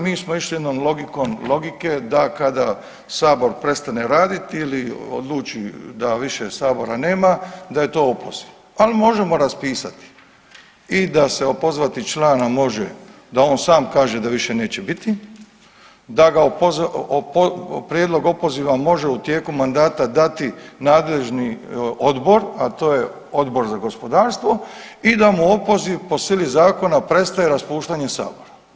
Mi smo išli jednom logikom logike da kada sabor prestane raditi ili odluči da više sabora nema da je to opoziv, ali možemo raspisati i da se opozvati člana može da on sam kaže da više neće biti, da ga, prijedlog opoziva može u tijeku mandata dati nadležni odbor, a to je Odbor za gospodarstvo i da mu opoziv po sili zakona prestaje raspuštanjem sabora.